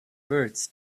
birds